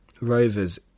Rovers